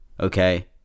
Okay